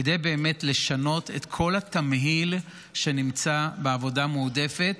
כדי באמת לשנות את כל התמהיל שנמצא בעבודה מועדפת.